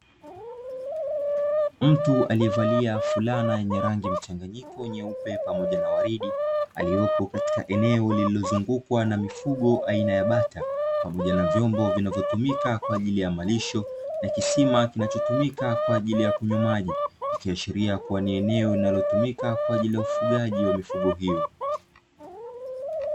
Mtu aliyevalia fulana yenye rangi mchanganyiko nyeupe pamoja na waridi, aliopo katika eneo lililozungukwa na mifugo aina ya bata pamoja na vyombo vinavyotumika kwa ajili ya malisho na kisima kinachotumika kwa ajili ya kunywa maji ikiashiria kuwa ni eneo linalotumika kwa ajili ya ufugaji wa mifugo hiyo.